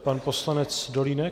Pan poslanec Dolínek?